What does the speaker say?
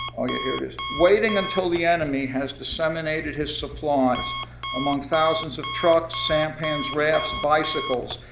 oh yeah here it is. waiting until the enemy has disseminated his supplies among thousands of trucks, sand pans, rafts, bicycles,